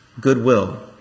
goodwill